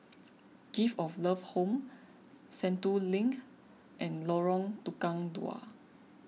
Gift of Love Home Sentul Link and Lorong Tukang Dua